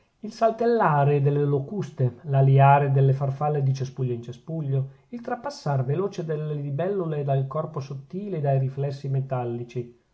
il saltellare delle locuste l'aliare delle farfalle di cespuglio in cespuglio il trapassar veloce delle libellule dal corpo sottile e dai riflessi metallici